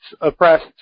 oppressed